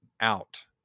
out